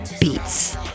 beats